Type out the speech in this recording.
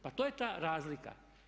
Pa to je ta razlika?